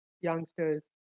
youngsters